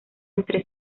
entre